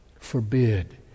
forbid